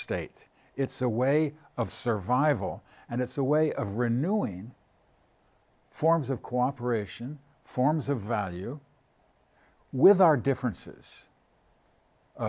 state it's a way of survival and it's a way of renewing forms of cooperation forms of value with our differences